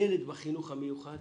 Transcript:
ילד בחינוך המיוחד